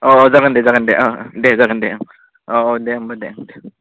अ जागोन दे जागोन दे देह जागोन देह औ अ दे होनबा दे